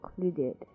included